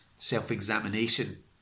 self-examination